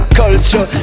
culture